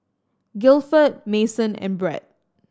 Gilford Mason and Bret